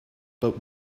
but